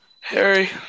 Harry